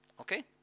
Okay